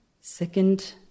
Second